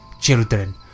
children